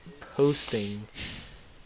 posting